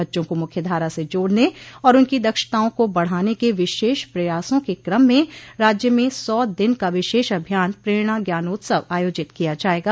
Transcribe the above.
बच्चों को मुख्यधारा से जोड़ने और उनकी दक्षताओं को बढ़ाने के विशेष प्रयासों के क्रम में राज्य में सौ दिन का विशेष अभियान प्रेरणा ज्ञानोत्सव आयोजित किया जायेगा